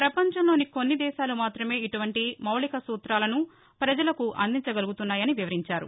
ప్రపంచంలోని కొన్ని దేశాలు మాతమే ఇటువంటీ మౌలిక సూతాలను ప్రపజలకు అందించగలుగుతున్నాయని వివరించారు